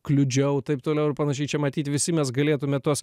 kliudžiau taip toliau ir panašiai čia matyt visi mes galėtume tuos